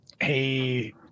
hey